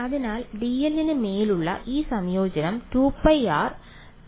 അതിനാൽ dl ന് മേലുള്ള ഈ സംയോജനം 2πr